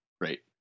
Right